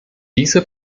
diese